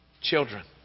Children